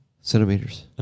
centimeters